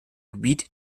gebiet